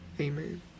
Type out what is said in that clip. Amen